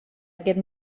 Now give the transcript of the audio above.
aquest